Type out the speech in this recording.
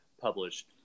published